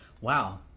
wow